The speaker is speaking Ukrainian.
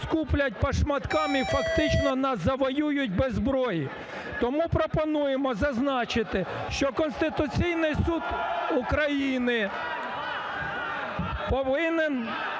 скуплять по шматкам і фактично нас завоюють без зброї. Тому пропонуємо зазначити, що Конституційний Суд України повинен